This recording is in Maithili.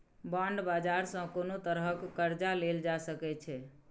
बांड बाजार सँ कोनो तरहक कर्जा लेल जा सकै छै